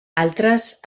altres